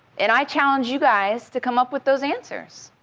and i challenge you guys to come up with those answers.